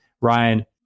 Ryan